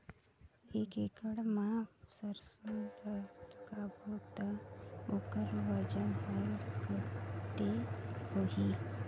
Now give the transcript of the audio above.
एक एकड़ मा सरसो ला लगाबो ता ओकर वजन हर कते होही?